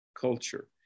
culture